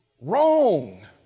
wrong